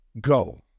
Go